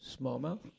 smallmouth